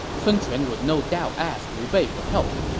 sun quan would no doubt ask liu bei for help.